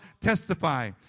testify